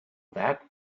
that